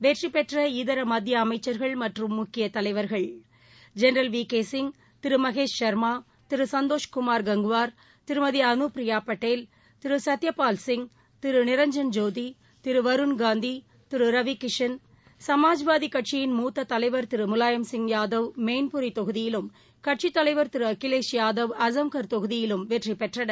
வெற்றிபெற்ற இதரமத்தியஅமைச்சர்கள் மற்றும் முக்கியதலைவர்கள் ஜெனரல் விகேசிங் திருமகேஷ் சா்மா திருசந்தோஷ்குமார் கங்குவார் திருமதிஅனுப்பிரியாபடேல் திருசத்யபால் சிங் திருநிரஞ்ஜன் ஜோதி திருவருண்காந்தி திருரவிகிஷன் சமாஜ்வாதிகட்சியின் மூத்ததலைவா் திருமுலாயம்சிங் யாதவ் மெயின்புரிதொகுதியிலும் கட்சித் தலைவா் திருஅகிலேஷ் யாதவ் அஸம்கார் தொகுதியிலும் வெற்றிபெற்றனர்